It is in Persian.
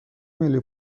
ملی